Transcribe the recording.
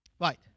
Right